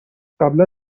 قبلا